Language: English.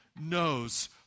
knows